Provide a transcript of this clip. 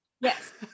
yes